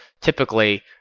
typically